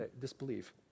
disbelief